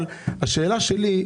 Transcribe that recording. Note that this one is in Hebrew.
אבל השאלה שלי,